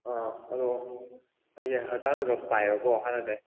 ꯑꯥ ꯑꯗꯣ ꯑꯩꯁꯦ ꯍꯛꯆꯥꯡꯁꯨ ꯈꯔ ꯄꯥꯏꯌꯦꯕꯀꯣ ꯍꯥꯟꯅꯗꯒꯤ